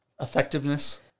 Effectiveness